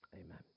Amen